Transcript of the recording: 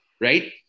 right